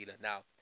now